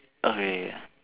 okay